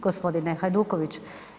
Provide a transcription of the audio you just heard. Gospodine Hajduković.